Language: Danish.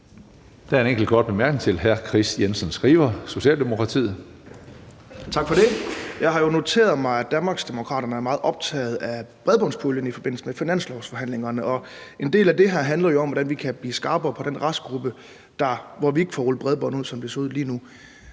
Der er en enkelt kort bemærkning til hr. Kris Jensen Skriver, Socialdemokratiet. Kl. 14:07 Kris Jensen Skriver (S): Tak for det. Jeg har jo noteret mig, at Danmarksdemokraterne er meget optaget af bredbåndspuljen i forbindelse med finanslovsforhandlingerne, og en del af det har jo handlet om, hvordan vi kan blive skarpere på den restgruppe, som vi ikke får rullet bredbånd ud til, sådan som det ser ud lige nu.